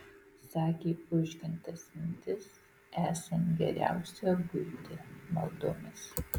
sakė užgintas mintis esant geriausia guiti maldomis